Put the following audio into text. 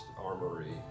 armory